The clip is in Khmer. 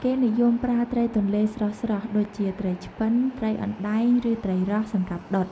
គេនិយមប្រើត្រីទន្លេស្រស់ៗ ដូចជា ត្រីឆ្ពិន ត្រីអណ្ដែង ឬត្រីរ៉ស់ សម្រាប់ដុត។